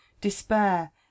despair